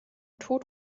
tod